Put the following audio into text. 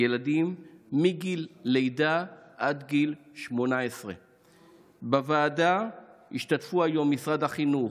ילדים מגיל לידה עד גיל 18. בוועדה השתתפו היום משרד החינוך,